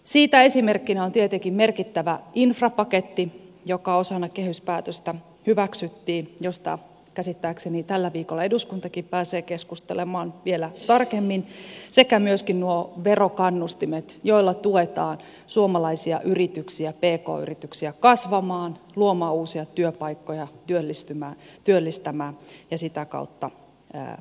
siitä esimerkkinä on tietenkin merkittävä infrapaketti joka osana kehyspäätöstä hyväksyttiin josta käsittääkseni tällä viikolla eduskuntakin pääsee keskustelemaan vielä tarkemmin sekä myöskin nuo verokannustimet joilla tuetaan suomalaisia yrityksiä pk yrityksiä kasvamaan luomaan uusia työpaikkoja työllistämään ja sitä kautta menestymään